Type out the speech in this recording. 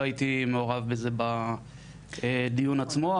לא הייתי מעורב בזה בדיון עצמו,